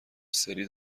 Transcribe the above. سری